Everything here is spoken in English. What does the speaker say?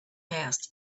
passed